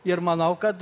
ir manau kad